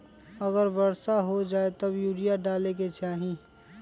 अगर वर्षा हो जाए तब यूरिया डाले के चाहि?